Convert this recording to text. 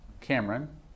Cameron